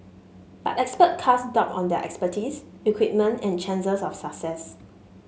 but experts cast doubt on their expertise equipment and chances of success